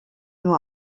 nur